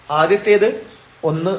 ആദ്യത്തേത് 1 ആവും